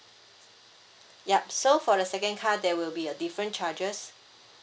yup so for the second car there will be a different charges